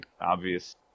obvious